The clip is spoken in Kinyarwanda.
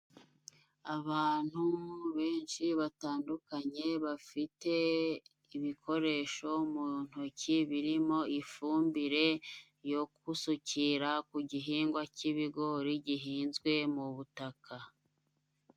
Abantu benshi batandukanye bafite ibikoresho mu ntoki, birimo ifumbire yo gusukira ku gihingwa cy'ibigori gihinzwe mu butaka.